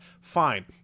Fine